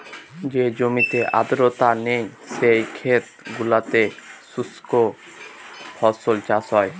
যে জমিতে আর্দ্রতা নেই, সেই ক্ষেত গুলোতে শুস্ক ফসল চাষ হয়